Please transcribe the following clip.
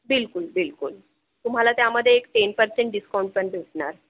बिलकुल बिलकुल तुम्हाला त्यामध्ये एक टेन पर्सेंट डिस्काउंट पण भेटणार